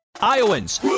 Iowans